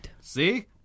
See